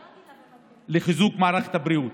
עכשיו לחיזוק מערכת הבריאות,